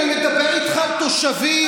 אני מדבר איתך על תושבים,